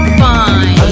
fine